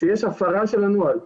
שיש הפרה של הנוהל,